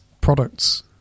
products